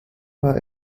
war